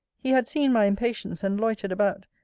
he had seen my impatience, and loitered about,